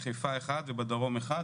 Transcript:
בחיפה 1 ובדרום 1,